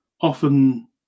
often